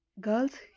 girls